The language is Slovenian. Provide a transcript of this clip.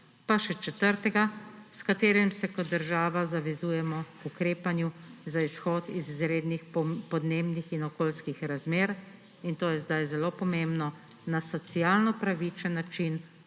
Pa še četrtega, s katerim se kot država zavezujemo k ukrepanju za izhod iz izrednih podnebnih in okoljskih razmer – in to je zdaj zelo pomembno – na socialno pravičen način,